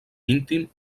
íntim